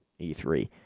E3